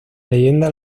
leyenda